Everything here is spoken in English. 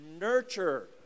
nurture